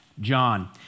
John